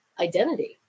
identity